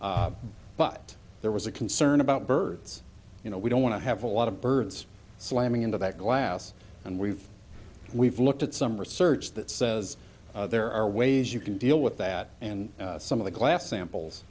building but there was a concern about birds you know we don't want to have a lot of birds slamming into that glass and we've we've looked at some research that says there are ways you can deal with that and some of the glass samples